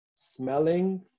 smelling